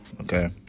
okay